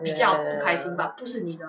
ya ya ya ya ya ya ya